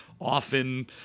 often